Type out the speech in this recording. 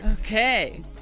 okay